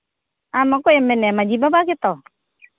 ᱟᱢ ᱚᱠᱚᱭᱮᱢ ᱢᱮᱱᱮᱫᱼᱟ ᱢᱟᱹᱡᱷᱤ ᱵᱟᱵᱟ ᱜᱮᱛᱚ